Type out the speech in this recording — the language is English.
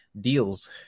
deals